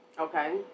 Okay